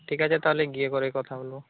ঠিক আছে তাহলে গিয়ে পরে কথা বলবো